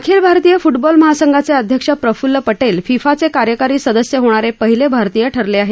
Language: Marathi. अखिल भारतीय फुटबॉल महासंघाचे अध्यक्ष प्रफुल्ल पटेल फिफाचे कार्यकारी सदस्य होणारे पहिले भारतीय ठरले आहेत